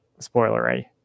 spoilery